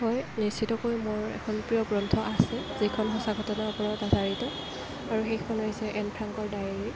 হয় নিশ্চিতকৈ মোৰ এখন প্ৰিয় গ্ৰন্থ আছে যিখন সঁচা ঘটনাৰ ওপৰত আধাৰিত আৰু সেইখন হৈছে এন ফ্ৰাংকৰ ডায়েৰী